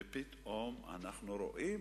ופתאום אנחנו רואים